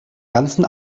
ganzen